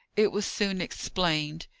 it was soon explained.